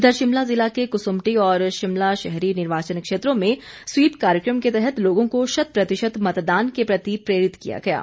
इधर शिमला जिला के कसुमपटी और शिमला शहरी निर्वाचन क्षेत्रों में स्वीप कार्यक्रम के तहत लोगों को शत प्रतिशत मतदान के प्रति प्रेरित किया गया है